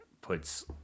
puts